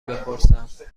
بپرسم